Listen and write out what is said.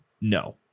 no